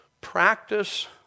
practice